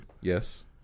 yes